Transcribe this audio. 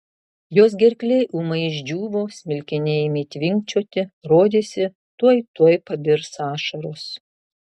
jos gerklė ūmai išdžiūvo smilkiniai ėmė tvinkčioti rodėsi tuoj tuoj pabirs ašaros